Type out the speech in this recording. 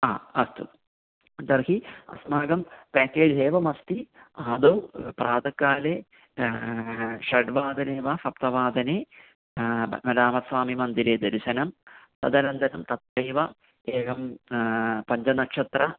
हा अस्तु तर्हि अस्माकं पेकेज् एवम् अस्ति आदौ प्रातःकाले षड्वादने वा सप्तवादने रामस्वामी मन्दिरे दर्शनं तदनन्तरं तत्रैव एकं पञ्चनक्षत्रं